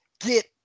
get